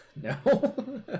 No